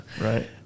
Right